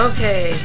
Okay